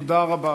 תודה רבה,